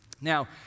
Now